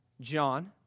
John